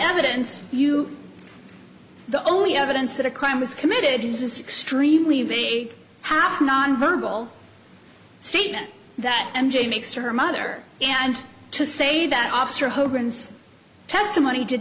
evidence you the only evidence that a crime was committed is extremely vague how non verbal statement that m j makes to her mother and to say that officer hogan's testimony did